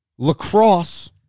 lacrosse